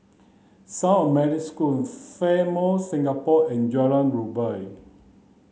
School Fairmont Singapore and Jalan Rumbia